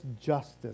justice